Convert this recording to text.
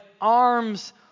arms